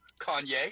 kanye